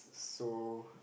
so